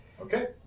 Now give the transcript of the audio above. Okay